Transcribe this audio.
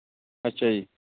ਅੱਛਾ ਜੀ